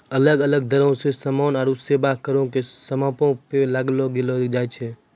अलग अलग दरो पे समान आरु सेबा करो के समानो पे लागू करलो जाय छै